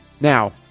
Now